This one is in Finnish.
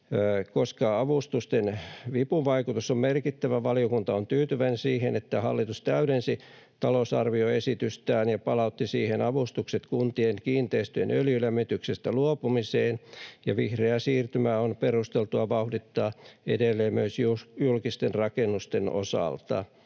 Koska avustusten vipuvaikutus on merkittävä, valiokunta on tyytyväinen siihen, että hallitus täydensi talousarvioesitystään ja palautti siihen avustukset kuntien kiinteistöjen öljylämmityksestä luopumiseen. Vihreää siirtymää on perusteltua vauhdittaa edelleen myös julkisten rakennusten osalta.